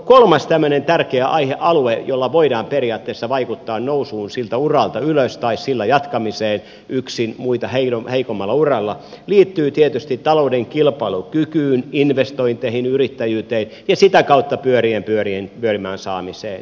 kolmas tämmöinen tärkeä aihealue jolla voidaan periaatteessa vaikuttaa nousuun siltä uralta ylös tai sillä jatkamiseen yksin muita heikommalla uralla liittyy tietysti talouden kilpailukykyyn investointeihin yrittäjyyteen ja sitä kautta pyörien pyörimään saamiseen